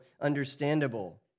understandable